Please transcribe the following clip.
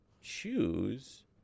choose